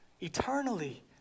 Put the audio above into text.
eternally